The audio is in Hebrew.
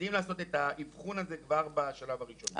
יודעים לעשות את האבחון הזה כבר בשלב הראשון.